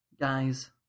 guys